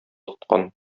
тоткан